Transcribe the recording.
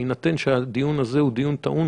בהינתן שהדיון הזה הוא דיון טעון,